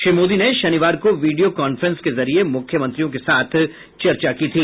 श्री मोदी ने शनिवार को विडियो कांफ्रेंस के जरिये मुख्यमंत्रियों के साथ चर्चा की थी